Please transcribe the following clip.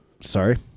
Sorry